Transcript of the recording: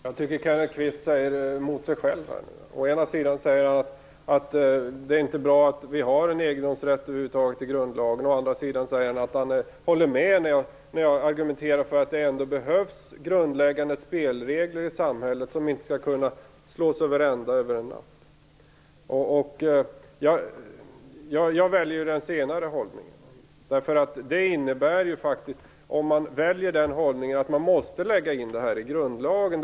Fru talman! Jag tycker att Kenneth Kvist säger emot sig själv. Å ena sidan säger han att det inte är bra att det över huvud taget finns en egendomsrätt i grundlagen. Å andra sidan säger han att han håller med mig om att det ändå behövs grundläggande spelregler i samhället som inte skall kunna slås över ända under en natt. Jag väljer den senare hållningen, att äganderätten måste vara införd i grundlagen.